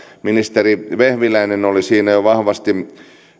ministeri vehviläinen oli siinä jo aikanaan vahvasti